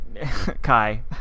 Kai